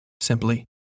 simply